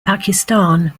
pakistan